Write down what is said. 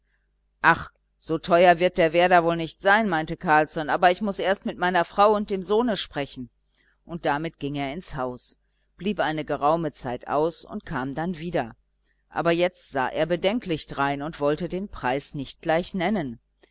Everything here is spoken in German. ach so teuer wird der werder wohl nicht sein meinte carlsson aber ich muß erst mit meiner frau und dem sohne sprechen und damit ging er ins haus blieb eine geraume zeit aus und kam dann wieder aber jetzt sah er bedenklich drein und wollte den preis nicht gleich nennen